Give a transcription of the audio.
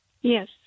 Yes